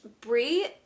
Brie